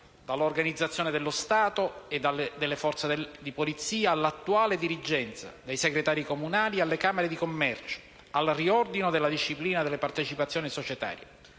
dall'organizzazione dello Stato e delle forze di polizia, all'attuale dirigenza, dai segretari comunali alle camere di commercio, al riordino della disciplina delle partecipazioni societarie.